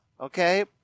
Okay